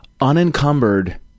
unencumbered